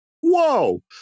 Whoa